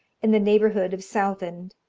in the neighbourhood of southend,